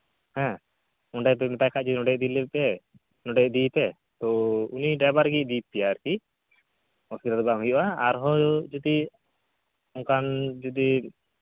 ᱦᱮᱸ ᱚᱸᱰᱮᱯᱮ ᱢᱮᱛᱟᱭ ᱠᱷᱟᱡ ᱜᱮ ᱚᱸᱰᱮᱜᱮ ᱞᱟᱹᱭ ᱯᱮ ᱚᱸᱰᱮ ᱤᱫᱤᱭᱮᱯᱮ ᱛᱳ ᱩᱱᱤ ᱰᱟᱭᱵᱟᱨᱜᱮᱭ ᱤᱫᱤ ᱯᱮᱭᱟ ᱟᱨᱠᱤ ᱚᱥᱩᱵᱤᱫᱟ ᱫᱚ ᱵᱟᱝ ᱦᱩᱭᱩᱜᱼᱟ ᱟᱨᱦᱚᱸ ᱡᱩᱫᱤ ᱚᱱᱠᱟᱱ ᱡᱩᱫᱤ